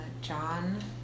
John